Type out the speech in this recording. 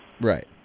Right